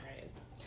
raise